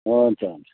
हुन्छ हुन्छ हुन्छ